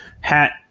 hat